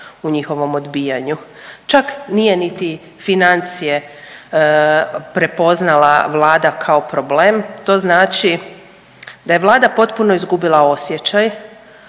u njihovom odbijanju čak nije niti financije prepoznala Vlada kao problem. To znači da je Vlada potpuno izgubila osjećaj